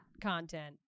content